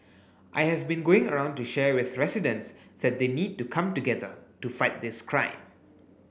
I have been going around to share with residents that they need to come together to fight this crime